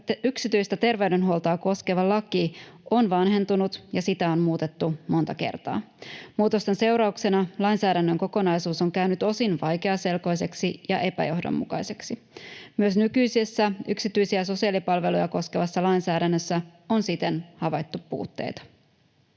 yksityistä terveydenhuoltoa koskeva laki on vanhentunut, ja sitä on muutettu monta kertaa. Muutosten seurauksena lainsäädännön kokonaisuus on käynyt osin vaikeaselkoiseksi ja epäjohdonmukaiseksi. Myös nykyisessä yksityisiä sosiaalipalveluja koskevassa lainsäädännössä on siten havaittu puutteita.